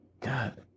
God